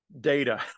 data